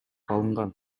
алынган